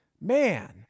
man